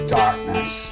darkness